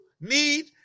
need